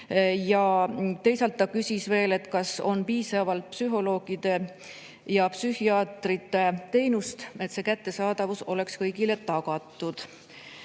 Ja teisalt ta küsis veel, kas on piisavalt psühholoogide ja psühhiaatrite teenust, et selle kättesaadavus oleks kõigile tagatud.